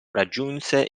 raggiunse